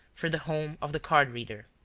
for the home of the card reader.